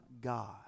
God